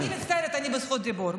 אני מצטערת, אני בזכות דיבור.